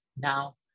now